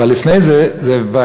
אבל לפני זה,